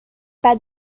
pas